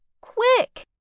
Quick